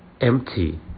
empty